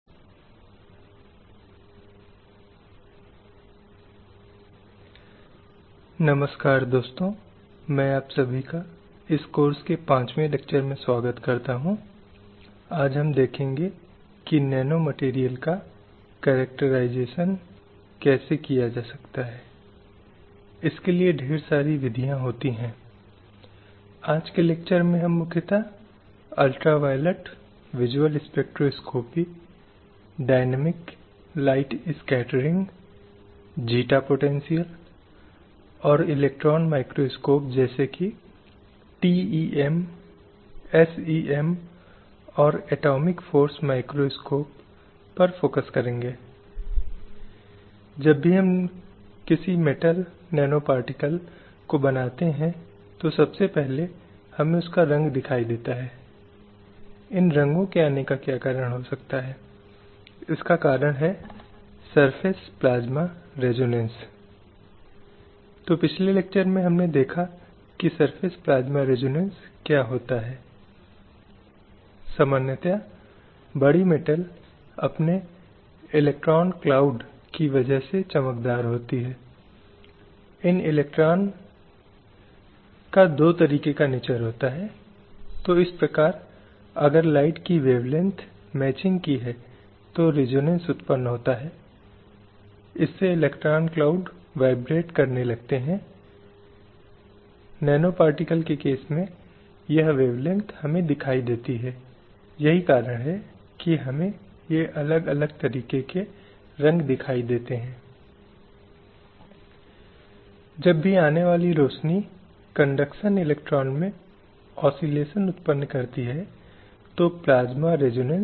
NPTEL NPTEL online प्रमाणन पाठ्यक्रम NPTEL online certification course लैंगिक न्याय एवं कार्यस्थल सुरक्षा पर पाठ्यक्रम course on gender justice and workplace security Prodipa Dubey द्वारा राजीव गांधी बौद्धिक संपदा कानून विद्यालय Rajiv Gandhi school of intellectual property law I I T Kharagpur व्याख्यान 05 अंतर्राष्ट्रीय और संवैधानिक दृष्टिकोण इंटरनेशनल और कॉन्स्टिट्यूशनल पर्सपेक्टिव्स हेलो प्यारे छात्रों मैं लिंग न्याय और कार्यस्थल सुरक्षा पर पाठ्यक्रम में आप सभी का स्वागत करती हूं